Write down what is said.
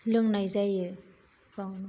लोंनाय जायो बावनो फोजोबाय